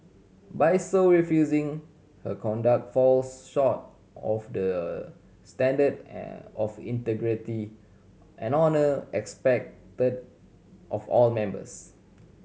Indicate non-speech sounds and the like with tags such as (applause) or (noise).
by so refusing her conduct falls short of the standard (hesitation) of integrity and honour expected of all members